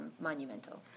monumental